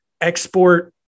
export